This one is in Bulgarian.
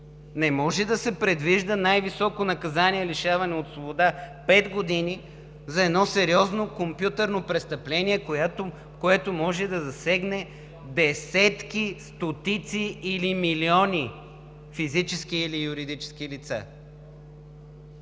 Не може да се предвижда най-високо наказание „лишаване от свобода“ – 5 години, за сериозно компютърно престъпление, което може да засегне десетки, стотици или милиони физически или юридически лица.